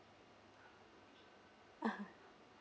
(uh huh)